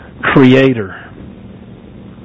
Creator